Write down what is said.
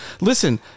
listen